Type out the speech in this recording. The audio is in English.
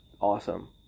awesome